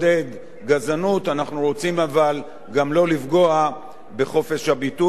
אבל אנחנו גם לא רוצים לפגוע בחופש הביטוי במדינת ישראל.